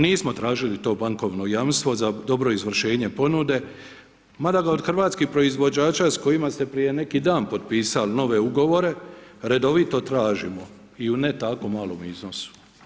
Nismo tražili to bankovno jamstvo za dobro izvršenje ponude, mada ga od hrvatskih proizvođača s kojima ste prije neki dan potpisali nove ugovore, redovito tražimo i u ne tako malome iznosu.